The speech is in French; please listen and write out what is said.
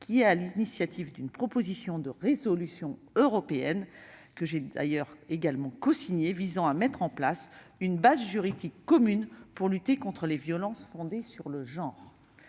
qui a pris l'initiative de déposer une proposition de résolution européenne, que j'ai d'ailleurs cosignée, qui vise à mettre en place une base juridique commune pour lutter contre les violences fondées sur le genre.